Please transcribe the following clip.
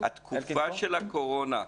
התקופה של הקורונה,